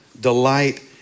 delight